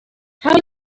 how